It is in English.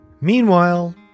Meanwhile